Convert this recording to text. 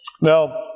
now